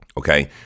Okay